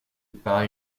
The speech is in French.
pas